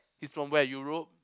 he's from where Europe